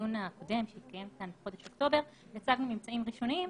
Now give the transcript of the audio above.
בדיון הקודם שהתקיים כאן בחודש אוקטובר הצגנו ממצאים ראשוניים,